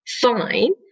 fine